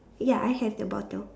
ya I have the bottle